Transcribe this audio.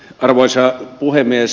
arvoisa puhemies